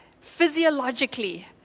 physiologically